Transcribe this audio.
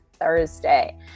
Thursday